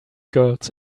girls